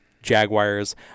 Jaguars